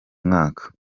mwaka